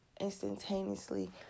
instantaneously